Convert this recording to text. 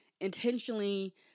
intentionally